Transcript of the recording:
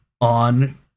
on